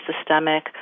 systemic